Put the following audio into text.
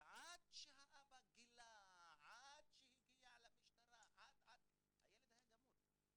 ועד שהאבא גילה, עד שהגיע למשטרה, הילד היה גמור.